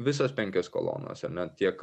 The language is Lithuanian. visos penkios kolonos ar ne tiek